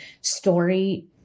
story